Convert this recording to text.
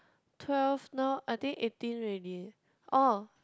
twelve now I think eighteen already oh